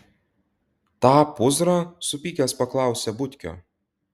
tą pūzrą supykęs paklausė butkio